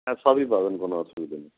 হ্যাঁ সবই পাবেন কোনো অসুবিধে নেই